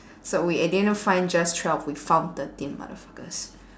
so we didn't find just twelve we found thirteen motherfuckers